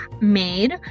made